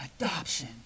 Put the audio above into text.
Adoption